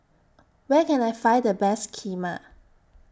Where Can I Find The Best Kheema